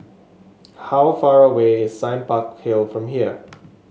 how far away is Sime Park Hill from here